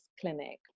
Clinic